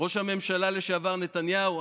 ראש הממשלה נתניהו,